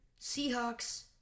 Seahawks